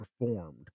performed